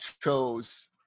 chose